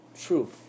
true